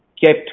kept